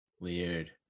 Weird